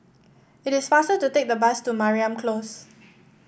it is faster to take the bus to Mariam Close